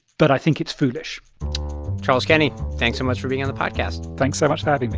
but i think it's foolish charles kenny, thanks so much for being on the podcast thanks so much for having me